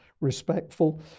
respectful